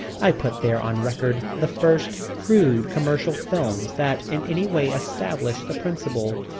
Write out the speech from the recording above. i put there on record the first crude commercial films that in any way establish the principle.